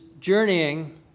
journeying